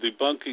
debunking